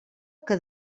que